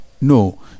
No